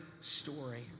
story